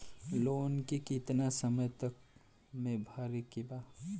Loan के कितना समय तक मे भरे के बा?